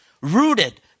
rooted